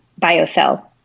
biocell